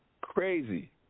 Crazy